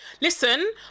Listen